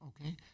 okay